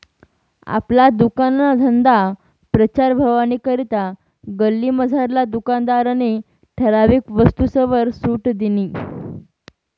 आपला दुकानना धंदाना प्रचार व्हवानी करता गल्लीमझारला दुकानदारनी ठराविक वस्तूसवर सुट दिनी